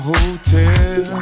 Hotel